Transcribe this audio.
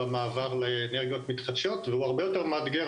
במעבר לאנרגיות מתחדשות והוא הרבה יותר מאתגר